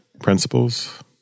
principles